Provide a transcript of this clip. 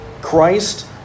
Christ